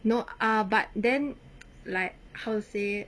no ah but then like how to say